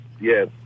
yes